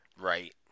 right